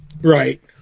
Right